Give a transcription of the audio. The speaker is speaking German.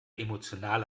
emotional